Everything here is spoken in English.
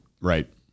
right